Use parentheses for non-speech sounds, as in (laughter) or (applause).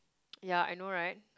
(noise) ya I know right